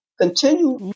continue